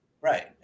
Right